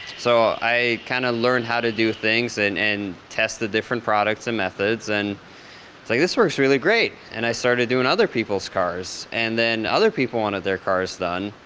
so i kind of learned how to do things and and test the different products and methods and it's like, this works really great. and i started doing other people's cars and then other people wanted their cars done.